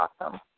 awesome